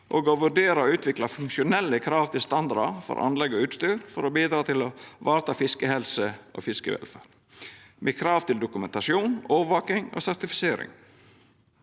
og å vurdera å utvikla funksjonelle krav til standardar for anlegg og utstyr for å bidra til å vareta fiskehelse og fiskevelferd, med krav til dokumentasjon, overvaking og sertifisering.